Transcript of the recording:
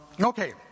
okay